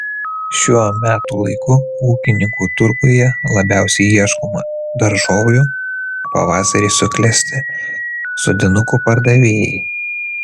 šiuo metų laiku ūkininkų turguje labiausiai ieškoma daržovių pavasarį suklesti sodinukų pardavėjai